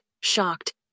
shocked